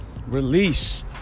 Release